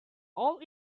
all